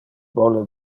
vole